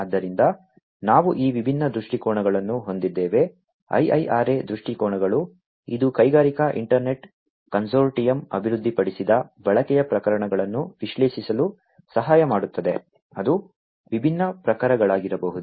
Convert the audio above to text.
ಆದ್ದರಿಂದ ನಾವು ಈ ವಿಭಿನ್ನ ದೃಷ್ಟಿಕೋನಗಳನ್ನು ಹೊಂದಿದ್ದೇವೆ IIRA ದೃಷ್ಟಿಕೋನಗಳು ಇದು ಕೈಗಾರಿಕಾ ಇಂಟರ್ನೆಟ್ ಕನ್ಸೋರ್ಟಿಯಂ ಅಭಿವೃದ್ಧಿಪಡಿಸಿದ ಬಳಕೆಯ ಪ್ರಕರಣಗಳನ್ನು ವಿಶ್ಲೇಷಿಸಲು ಸಹಾಯ ಮಾಡುತ್ತದೆ ಅದು ವಿಭಿನ್ನ ಪ್ರಕಾರಗಳಾಗಿರಬಹುದು